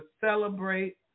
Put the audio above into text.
celebrate